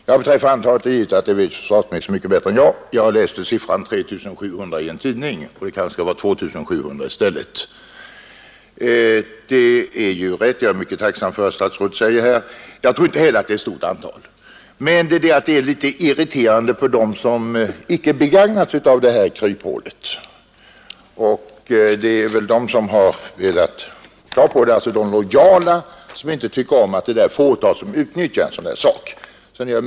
Herr talman! Ja, det är givet att försvarsministern mycket bättre än jag känner till antalet ärenden. Jag fick uppgiften om 3 700 ärenden hittills i år i en tidning. Det skall kanske i stället vara hittills 2 700. Inte heller jag tror att det är fråga om ett stort antal, men företeelsen är litet irriterande för de lojala som icke begagnar sig av detta kryphäl. Jag är glad över statsrädets besked att frågan kommer att debatteras och tagas upp i annat sammanhang.